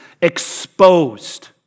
exposed